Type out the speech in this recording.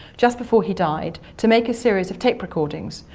just before he died, to make a series of tape recordings.